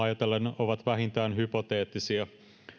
ajatellen ovat vähintään hypoteettisia